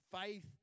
faith